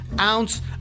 ounce